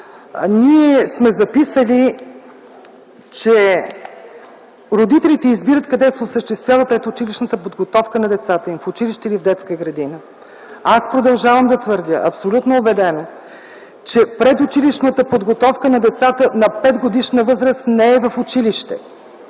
ние сме записали, че родителите избират къде се осъществява предучилищната подготовка на децата им – в училище или в детска градина. Аз продължавам да твърдя, абсолютно убедено, че предучилищната подготовка на децата на 5 годишна възраст не е в училище.